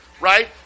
right